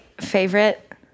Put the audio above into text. favorite